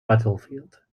battlefield